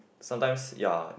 sometimes ya